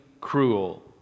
cruel